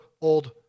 old